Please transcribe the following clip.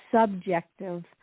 subjective